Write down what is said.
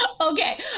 Okay